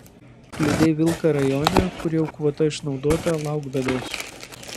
kliudei vilką rajone kur jau kvota išnaudota lauk bėdos